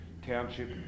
township